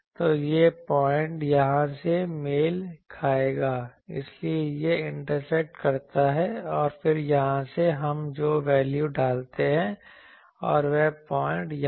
तो यह पॉइंट यहां से मेल खाएगा इसलिए यह इंटरसेक्ट करता है और फिर यहां से हम जो वैल्यू डालते हैं और वह पॉइंट यहां है